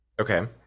Okay